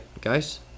guys